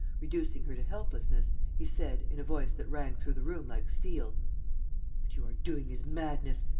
reducing her to helplessness, he said, in a voice that rang through the room like steel what you are doing is madness.